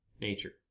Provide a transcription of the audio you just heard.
nature